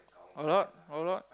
a lot a lot